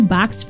Box